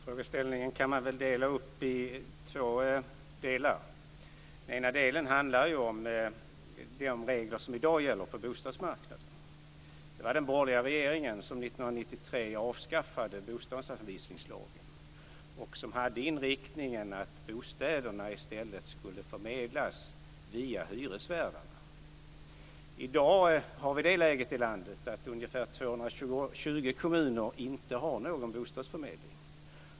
Fru talman! Frågeställningen kan delas upp i två delar. En del handlar om de regler som i dag gäller på bostadsmarknaden. Det var den borgerliga regeringen som 1993 avskaffade bostadsanvisningslagen och som hade inriktningen att bostäderna i stället skulle förmedlas via hyresvärdarna. I dag har vi det läget i landet att ungefär 220 kommuner inte har någon bostadsförmedling.